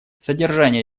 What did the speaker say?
содержание